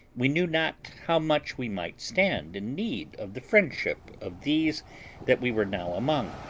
we knew not how much we might stand in need of the friendship of these that we were now among,